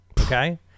Okay